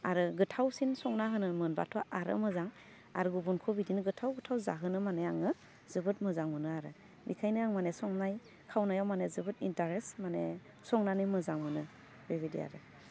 आरो गोथावसिन संना होनो मोनबाथ' आरो मोजां आर गुबुनखौ बिदिनो गोथाव गोथाव जाहोनो माने आङो जोबोद मोजां मोनो आरो बिखायनो आं माने संनाय खावनायाव माने जोबोद इन्टारेस्त माने संनानै मोजां मोनो बेबायदि आरो